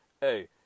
hey